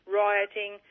rioting